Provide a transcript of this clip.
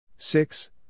Six